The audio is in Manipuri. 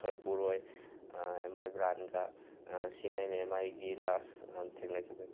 ꯈꯔ ꯄꯨꯔ ꯑꯣꯏ ꯑꯦꯝ ꯑꯥꯏ ꯕ꯭ꯔꯥꯟꯒ ꯁꯤꯅꯦ ꯑꯩꯅ ꯑꯦꯝ ꯑꯥꯏꯒꯤ ꯂꯥꯁ ꯊꯦꯡꯅꯈꯤꯕꯒꯤ